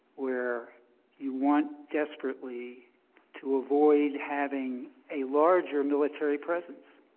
where you want desperately to avoid having a larger military presence,